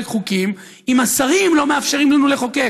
חוקים אם השרים לא מאפשרים לנו לחוקק.